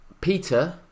Peter